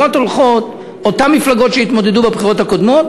אותן מפלגות שהתמודדו בבחירות הקודמת